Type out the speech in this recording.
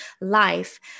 life